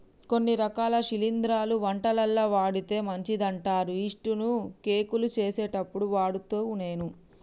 కొన్ని రకాల శిలింద్రాలు వంటలల్ల వాడితే మంచిదంటారు యిస్టు ను కేకులు చేసేప్పుడు వాడుత నేను